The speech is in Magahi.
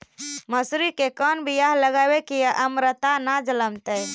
मसुरी के कोन बियाह लगइबै की अमरता न जलमतइ?